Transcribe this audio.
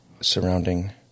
surrounding